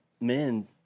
men